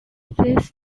this